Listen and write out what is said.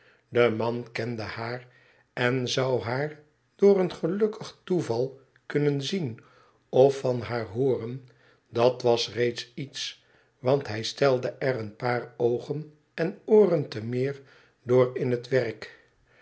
de man kende haar en zou haar door een gelukkig toeval kunnen zien of van haar hooren dat was reeds iets want hij stelde er een paar oogen en ooren te meer door in het werk